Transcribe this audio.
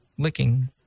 Licking